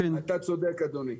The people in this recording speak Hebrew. אתה צודק אדוני,